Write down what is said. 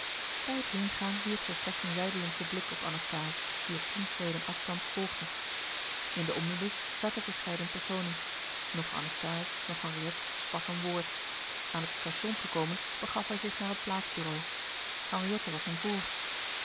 bij het heengaan wierp zij slechts een zijdelingschen blik op anasthase die op tien schreden afstands volgde in den omnibus zaten verscheiden personen noch anasthase noch henriette sprak een woord aan het station gekomen begaf hij zich naar het plaatsbureau henriette was hem voor